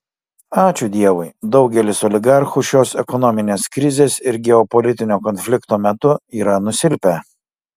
ačiū dievui daugelis oligarchų šios ekonominės krizės ir geopolitinio konflikto metų yra nusilpę